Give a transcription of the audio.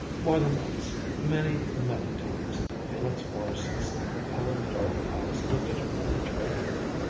more than once many, many times felix morrison's compelling dark eyes looked at her penetratingly,